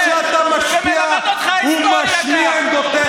טוב שאתה משפיע ומשמיע עמדותיך,